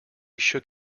shook